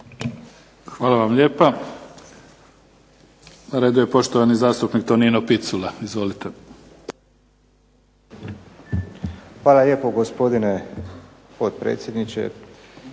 Hvala vam lijepa. Na redu je poštovani zastupnik Tonino Picula, izvolite. **Picula, Tonino (SDP)** Hvala lijepo gospodine potpredsjedniče,